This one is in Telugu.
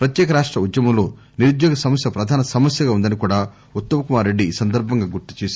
ప్రత్యేక రాష్ట్ర ఉద్యమంలో నిరుద్యోగ సమస్య ప్రధాన సమస్యగా ఉందని కూడా ఉత్తమ్ కుమార్ రెడ్డి ఈ సందర్భంగా గుర్తు చేశారు